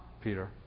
Peter